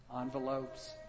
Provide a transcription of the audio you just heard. envelopes